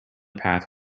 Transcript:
path